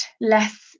less